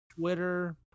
Twitter